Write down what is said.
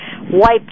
wiped